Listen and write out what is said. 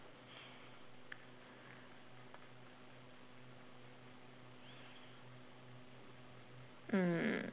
mm